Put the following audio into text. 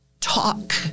talk